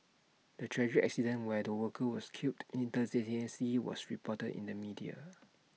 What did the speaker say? the tragic accident where the worker was killed instantaneously was reported in the media